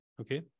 okay